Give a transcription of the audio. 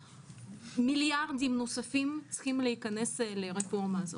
מיליארדים נוספים צריכים להיכנס לרפורמה הזאת.